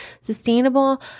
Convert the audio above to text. sustainable